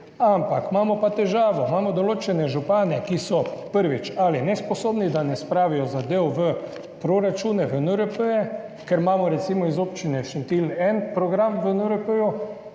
Ampak imamo pa težavo, imamo določene župane, ki so, prvič, nesposobni, da ne spravijo zadev v proračune, v NRP, ker imamo recimo iz občine Šentilj en program v NRP,